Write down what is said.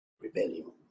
rebellion